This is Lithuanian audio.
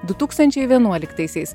du tūkstančiai vienuoliktaisiais